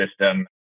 system